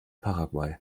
paraguay